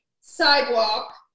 sidewalk